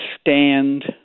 stand